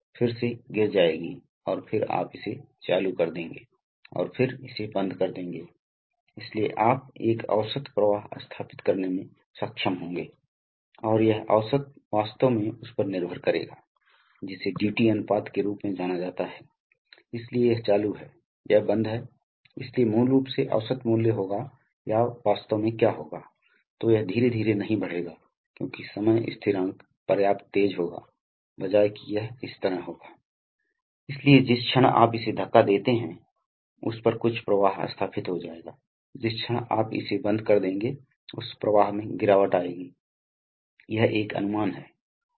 तो यह वायुमंडल से हवा लेता है इसे फ़िल्टर करता है और फिर इसे एक उच्च दबाव में संपीड़ित करता है और वहाँ हैं यह तंत्र आम तौर पर दो प्रकार का हो सकता है एक सकारात्मक विस्थापन है जहां हर बार वायु की निश्चित मात्रा वायुमंडलीय से परिवर्तित होती है उच्च दाब पर दबाव इसलिए कंप्रेसर के संचलन का प्रत्येक चक्र बहुत साइट है चाहे इसका घूर्णी या ट्रांसलेशनल एक निश्चित मात्रा में गैस को निम्न दबाव से उच्च दबाव में परिवर्तित करता है